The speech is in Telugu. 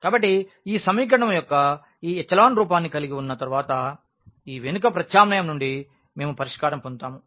కాబట్టి ఈ సమీకరణం యొక్క ఈ ఎచెలాన్ రూపాన్ని కలిగి ఉన్న తర్వాత ఈ వెనుక ప్రత్యామ్నాయం నుండి మేము పరిష్కారం పొందుతాము